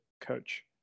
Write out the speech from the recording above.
coach